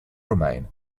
remain